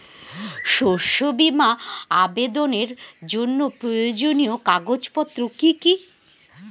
শস্য বীমা আবেদনের জন্য প্রয়োজনীয় কাগজপত্র কি কি?